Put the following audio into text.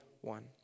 One